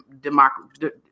democracy